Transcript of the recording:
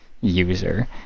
user